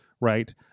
right